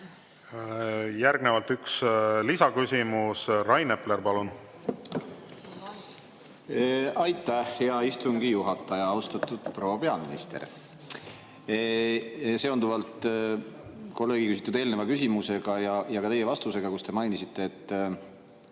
Järgnevalt üks lisaküsimus. Rain Epler, palun! Aitäh, hea istungi juhataja! Austatud proua peaminister! Seonduvalt kolleegi küsitud eelneva küsimusega ja ka teie vastusega, kus te mainisite, et